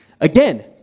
Again